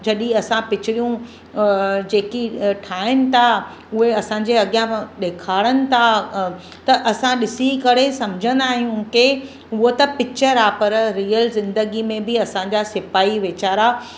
जॾहिं असां पिचरियूं जेकी ठाहीनि था उहे असांजे अॻियां ॾेखारनि था त असां ॾिसी करे समुझंदा आहियूं के हुअ त पिचर आहे पर रिअल ज़िंदगी में बि असांजा सिपाही वेचारा